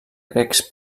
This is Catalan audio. grecs